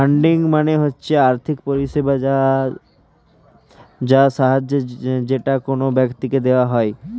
funding মানে হচ্ছে আর্থিক পরিষেবা বা সাহায্য যেটা কোন ব্যক্তিকে দেওয়া হয়